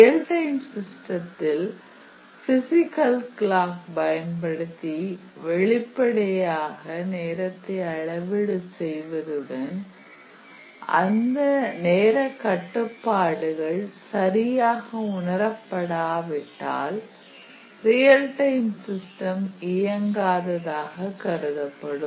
real time சிஸ்டத்தில் physical clock பயன்படுத்தி வெளிப்படையாக நேரத்தை அளவீடு செய்வதுடன் அந்த நேரக் கட்டுப்பாடுகள் சரியாக உணரபடாவிட்டால் ரியல் டைம் சிஸ்டம் இயங்காததாக கருதப்படும்